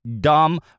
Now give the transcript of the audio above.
dumb